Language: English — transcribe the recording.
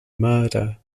murder